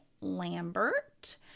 Lambert